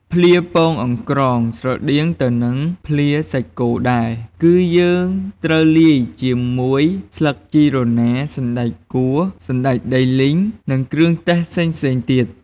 ភ្លាពងអង្រ្កងស្រដៀងទៅនឹងភ្លាសាច់គោដែរ គឺយើងត្រូវលាយជាមួយស្លឹកជីរណា សណ្ដែកកួរ សណ្ដែកដីលីង និងគ្រឿងទេសផ្សេងៗទៀត។